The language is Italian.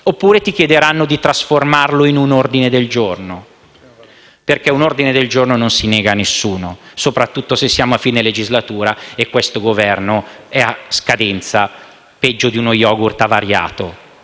Oppure ci chiederanno di trasformare gli emendamenti in ordini del giorno, perché un ordine del giorno non si nega a nessuno, soprattutto se siamo a fine legislatura e questo Governo è a scadenza, peggio di uno yogurt avariato,